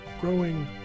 growing